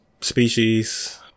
species